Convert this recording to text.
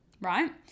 right